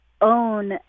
own